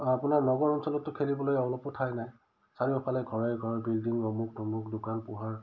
আপোনাৰ নগৰ অঞ্চলতটো খেলিবলৈ অলপো ঠাই নাই চাৰিওফালে ঘৰে ঘৰ বিল্ডিং অমুক তমুক দোকান পোহৰ